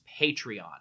Patreon